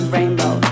Rainbow